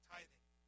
Tithing